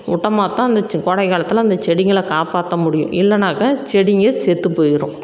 உட்டோமா தான் அந்த கோடை காலத்தில் அந்த செடிங்களை காப்பாற்ற முடியும் இல்லைனாக்கா செடிங்கள் செத்து போய்ரும்